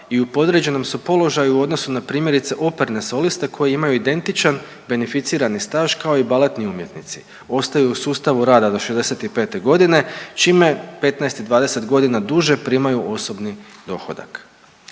i u podređenom su položaju u odnosu na primjerice operne soliste koji imaju identičan beneficirani staž kao i baletni umjetnici, a ostaju u sustavu rada do 65.g. čime 15. i 20.g. duže primaju osobni dohodak.